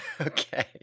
Okay